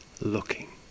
looking